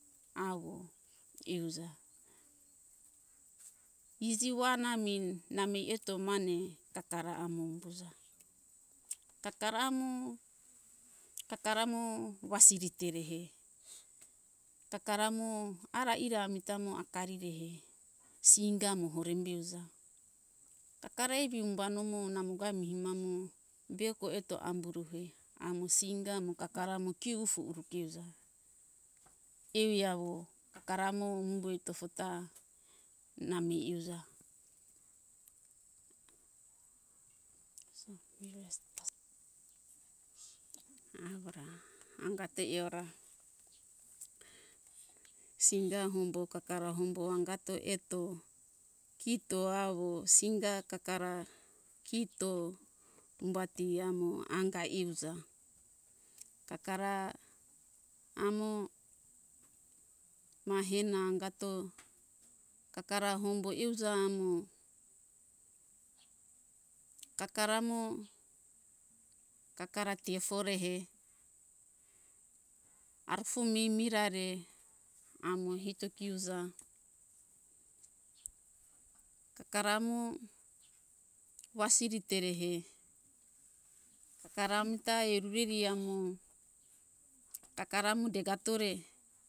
Awo iuza iji wan ami na mei eto mane kakara amo umbuza kakara mo kakara mo wasiri terehe kakara mo ara ira amita mo akarirehe singa mohore miuza kakara eri umba nomo namoga mihi namo beko eto amburuhe amo singa amo kakara mo kiufu urukiuza ewi awo kakara mo mumboi tofofa na mei iuza awora angate eora singa hombo kakara hombo angato eto kito awo singa kakara kito umbati amo anga iuza kakara amo mahena angato kakara hombo euza amo kakara mo kakara tefo rehe arufumi mirare amo hito kiuza kakara mo wasiri terehe kakara amita erureri amo kakara mu degatore